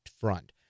front